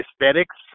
aesthetics